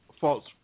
false